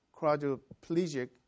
quadriplegic